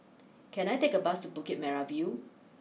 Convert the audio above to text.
can I take a bus to Bukit Merah view